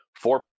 four